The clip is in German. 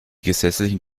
gesetzlichen